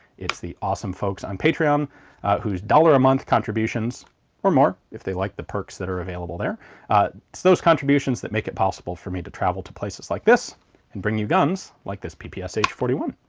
it's the awesome folks on patreon um whose dollar a month contributions or more if they like the perks that are. available there those contributions that make it possible for me to travel to places like this and bring you guns like this ppsh forty one.